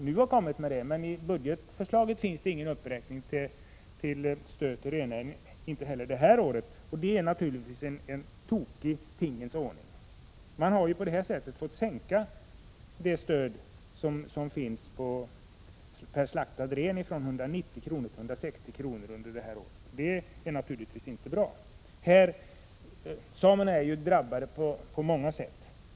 Men i budgetpropositionen finns inget förslag om uppräkning av stödet till rennäringen under kommande budgetår heller, och det är naturligtvis en tokig tingens ordning. Man har på detta sätt fått sänka stödet perslaktad ren från 190 kr. till 160 kr. Det är naturligtvis inte bra. Samerna är drabbade på många sätt.